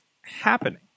happening